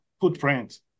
footprint